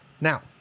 Now